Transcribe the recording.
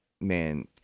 man